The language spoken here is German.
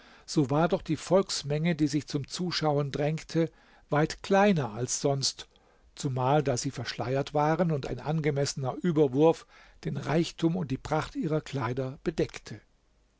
so war doch die volksmenge die sich zum zuschauen drängte weit kleiner als sonst zumal da sie verschleiert waren und ein angemessener überwurf den reichtum und die pracht ihrer kleider bedeckte